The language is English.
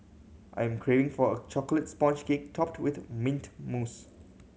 I'm craving for a chocolate sponge cake topped with mint mousse